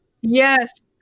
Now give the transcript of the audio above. yes